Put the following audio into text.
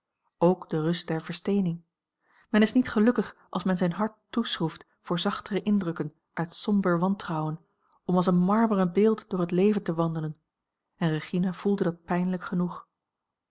ook de rust der versteening men is niet gelukkig als men zijn hart toeschroeft voor zachtere indrukken uit somber wantrouwen om als een marmeren beeld door het leven te wandelen en regina voelde dat pijnlijk genoeg